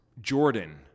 Jordan